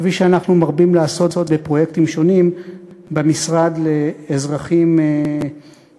כפי שאנחנו מרבים לעשות בפרויקטים שונים במשרד לאזרחים ותיקים.